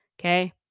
okay